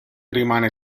rimane